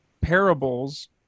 parables